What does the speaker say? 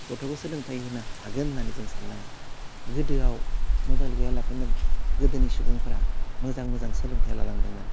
गथ'खौ सोलोंथाइ होनो हागोन होन्नानै जों सान्नाङा गोदोआव मबाइल गैया लाखिनो गोदोनि सुबुंफ्रा मोजां मोजां सोलोंथाइ लालांदोंमोन